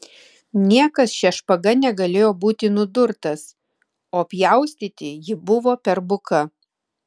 niekas šia špaga negalėjo būti nudurtas o pjaustyti ji buvo per buka